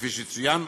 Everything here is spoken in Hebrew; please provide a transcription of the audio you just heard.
כפי שצוין,